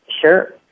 sure